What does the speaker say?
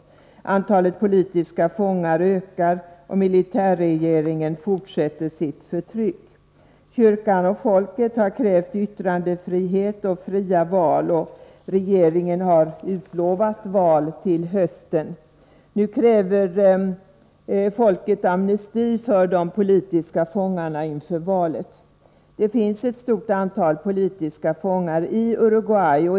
Antalet politiska 41 medverka till att sovjetiske medborgaren Valentin Agapov återförenas med sin familj fångar ökar, och militärregeringen fortsätter sitt förtryck. Kyrkan och folket har krävt yttrandefrihet och fria val, och regeringen har utlovat val till hösten. Nu kräver folket amnesti för de politiska fångarna inför valet. Det finns ett stort antal politiska fångar i Uruguay.